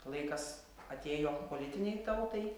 laikas atėjo politinei tautai